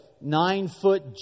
nine-foot